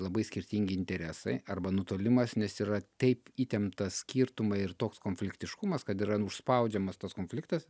labai skirtingi interesai arba nutolimas nes yra taip įtempta skirtumai ir toks konfliktiškumas kad yra užspaudžiamas tas konfliktas